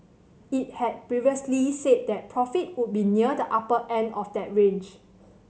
it had previously said that profit would be near the upper end of that range